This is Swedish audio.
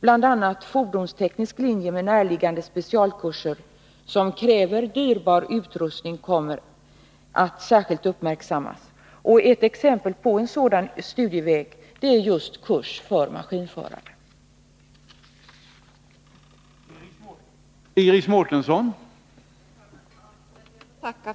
En fordonsteknisk linje med närliggande special Nr 83 kurser, som kräver dyrbar utrustning, kommer därvid särskilt att uppmärk Torsdagen den sammas. Ett exempel på en sådan studieväg är just kurs för maskinföra 18